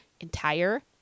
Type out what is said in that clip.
entire